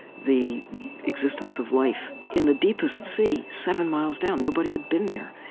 the existence of life in the deepest sea, seven miles down. nobody had been there.